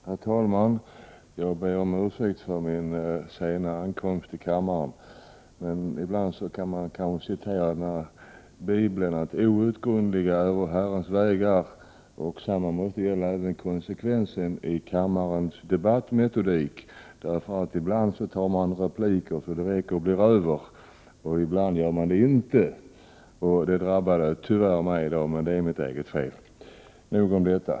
Herr talman! Jag ber om ursäkt för min sena ankomst till kammaren. Jag kan citera Bibeln: Outgrundliga äro Herrens vägar. Detsamma måste gälla konsekvensen i kammarens debattmetodik. Ibland tar man repliker så det räcker och blir över, och ibland gör man det inte. Detta drabbade tyvärr mig i dag — men det är mitt eget fel. Nog om detta.